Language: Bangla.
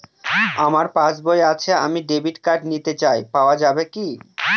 আমার পাসবই আছে আমি ডেবিট কার্ড নিতে চাই পাওয়া যাবে কি?